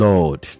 Lord